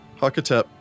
Hakatep